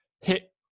hit